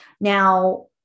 Now